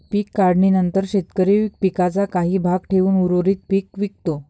पीक काढणीनंतर शेतकरी पिकाचा काही भाग ठेवून उर्वरित पीक विकतो